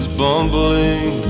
bumbling